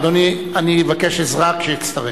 אדוני, אני אבקש עזרה כשאצטרך.